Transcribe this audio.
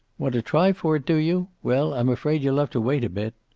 want to try for it, do you? well, i'm afraid you'll have to wait a bit.